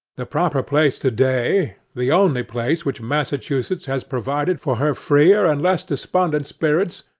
the proper place today, the only place which massachusetts has provided for her freer and less despondent spirits,